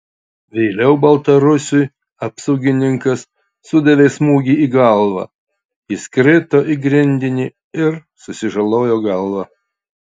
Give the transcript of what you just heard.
vėliau baltarusiui apsaugininkas sudavė smūgį į galvą jis krito į grindinį ir susižalojo galvą